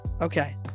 okay